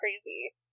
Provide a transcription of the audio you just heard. crazy